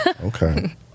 okay